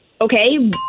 Okay